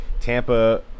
Tampa